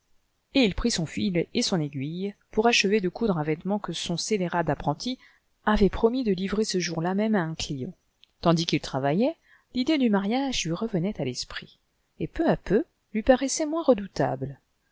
et il prit son fil et son aiguille pour achever de coudre un vêtement que son scélérat d'apprenti avait promis de livrer ce jour-là même à un client tandis qu'il travaillait l'idée du mariage lui revenait à l'esprit et peu à peu lui paraissait moins redoutable